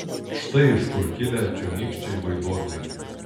štai iš kur kilę čionykščiai vaiduokliai